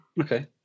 okay